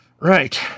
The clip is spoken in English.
Right